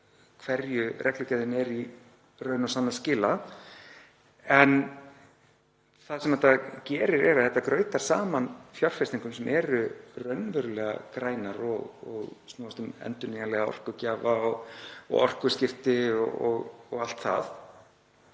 hverju reglugerðin er í raun að skila. En það sem þetta gerir er að þetta grautar saman fjárfestingum, sem eru raunverulega grænar og snúast um endurnýjanlega orkugjafa, orkuskipti og allt það,